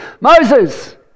Moses